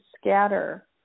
scatter